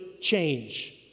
change